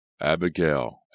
Abigail